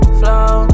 flow